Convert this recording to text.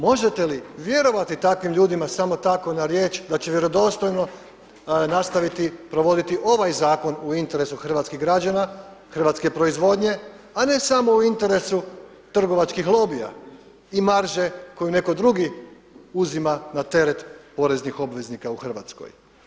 Možete li vjerovati takvim ljudima samo tako na riječ da će vjerodostojno nastaviti provoditi ovaj zakon u interesu hrvatskih građana, hrvatske proizvodnje, a ne samo u interesu trgovačkih lobija i marže koju netko drugi uzima na teret poreznih obveznika u Hrvatskoj.